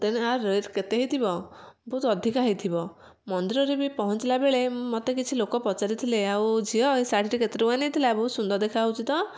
ତେଣୁ ଆର ରେଟ୍ କେତେ ହେଇଥିବ ବହୁତ ଅଧିକ ହେଇଥିବ ମନ୍ଦିରରେ ରେ ବି ପହଞ୍ଚିଲା ବେଳେ ମୋତେ କିଛି ଲୋକ ପଚାରିଥିଲେ ଆଉ ଝିଅ ଏ ଶାଢ଼ୀଟି କେତେ ଟଙ୍କା ନେଇଥିଲା ବହୁତ ସୁନ୍ଦର ଦେଖାଯାଉଛି ତ